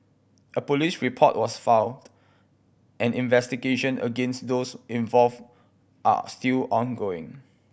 a police report was filed and investigation against those involved are still ongoing